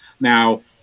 Now